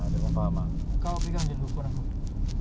ah kau maintain lagi lima belas minit kau dapat power nap